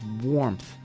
warmth